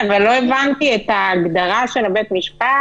--- כן, אבל לא הבנתי את ההגדרה של בית המשפט.